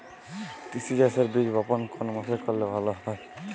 তিসি চাষের বীজ বপন কোন মাসে করলে ভালো ফলন হবে?